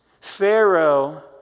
Pharaoh